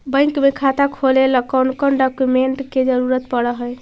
Bank में खाता खोले ल कौन कौन डाउकमेंट के जरूरत पड़ है?